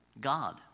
God